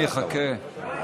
אני אחכה.